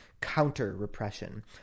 counter-repression